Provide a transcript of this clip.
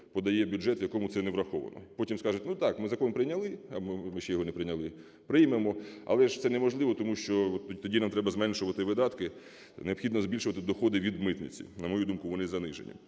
подає бюджет, в якому це не враховано. Потім скажуть: "Ну, так, ми закон прийняли…" А ми ще його не прийняли, приймемо. Але ж це неважливо, тому що тоді нам треба зменшувати видатки, необхідно збільшувати доходи від митниці. На мою думку, вони занижені.